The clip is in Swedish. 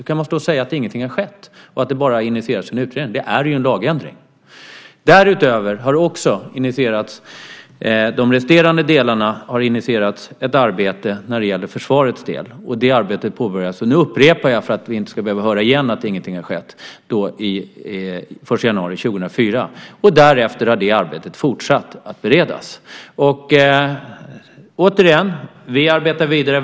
Hur kan man stå och säga att ingenting har skett och att det bara har initierats en utredning? Det är en lagändring. Därutöver har det också initierats ett arbete när det gäller försvarets del, och det arbetet påbörjades - och nu upprepar jag det för att vi inte ska behöva höra igen att ingenting har skett - den 1 januari 2004. Därefter har det arbetet fortsatt att beredas. Vi arbetar vidare.